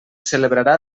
celebrarà